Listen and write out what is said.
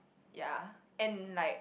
ya and like